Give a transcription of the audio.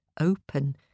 open